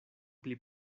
pli